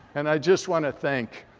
and i just want to thank.